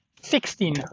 sixteen